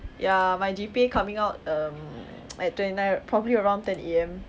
ya my G_P_A coming out um at twenty nine probably around ten A_M